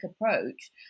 approach